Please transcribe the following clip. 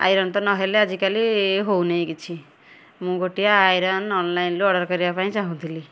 iron ତ ନହେଲେ ଆଜିକାଲି ହେଉନାଇଁ କିଛି ମୁଁ ଗୋଟିଏ ଆଇରନ୍ ଅନ୍ଲାଇନ୍ରୁ ଅର୍ଡ଼ର୍ କରିଆପାଇଁ ଚାହୁଁଥିଲି